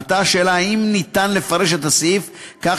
עלתה השאלה אם ניתן לפרש את הסעיף כך